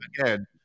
again